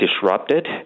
disrupted